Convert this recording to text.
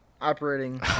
operating